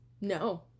No